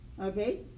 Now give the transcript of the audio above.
Okay